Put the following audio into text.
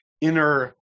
inner